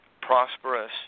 prosperous